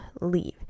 leave